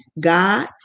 God